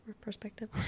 perspective